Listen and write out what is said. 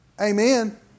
amen